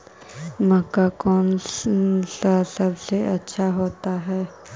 मक्का कौन सा सबसे अच्छा होता है?